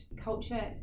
culture